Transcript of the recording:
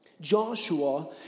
Joshua